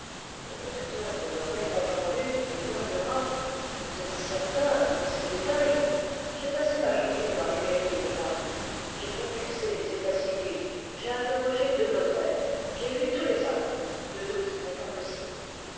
le docteur demeurait confondu il murmura vous êtes certain de ces détails j'ai passé ma journée dans les mairies de paris j'ai compulsé les états civils j'ai interrogé deux notaires j'ai vu tous les actes le doute n'est pas possible